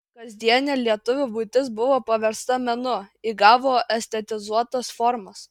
kasdienė lietuvio buitis buvo paversta menu įgavo estetizuotas formas